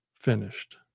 finished